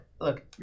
look